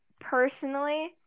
personally